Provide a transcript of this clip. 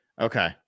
Okay